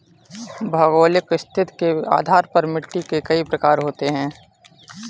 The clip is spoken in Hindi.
भौगोलिक स्थिति के आधार पर मिट्टी के कई प्रकार होते हैं